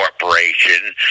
Corporation